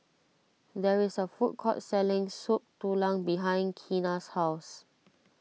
there is a food court selling Soup Tulang behind Kenna's house